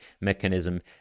mechanism